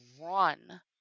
run